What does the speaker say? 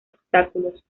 obstáculos